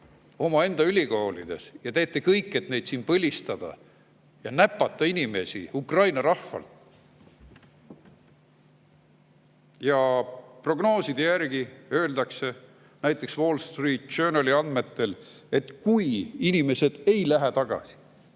omaenda ülikoolides. Te teete kõik, et neid siin põlistada ja näpata inimesi ukraina rahvalt. Prognooside järgi öeldakse, näiteks Wall Street Journali andmetel, et kui põgenikud ei lähe tagasi,